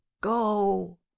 go